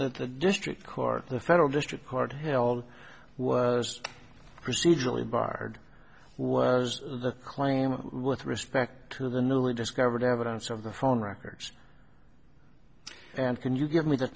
that the district court the federal district court held was procedurally barred was the claim with respect to their newly discovered evidence of the phone records and can you give me the